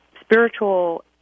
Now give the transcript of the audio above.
spiritual